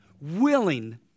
willing